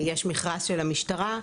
יש מכרז של המשטרה,